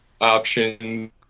option